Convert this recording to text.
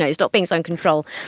ah stop being so in control!